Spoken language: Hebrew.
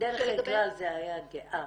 בדרך כלל זה היה גאָה.